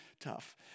tough